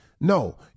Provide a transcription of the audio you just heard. No